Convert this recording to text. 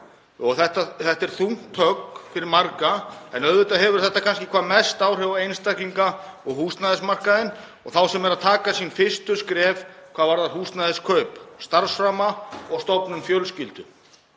Þetta er þungt högg fyrir marga en auðvitað hefur þetta kannski hvað mest áhrif á einstaklinga og húsnæðismarkaðinn og þá sem eru að taka sín fyrstu skref hvað varðar húsnæðiskaup, starfsframa og stofnun fjölskyldu.